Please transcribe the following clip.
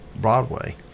Broadway